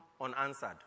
unanswered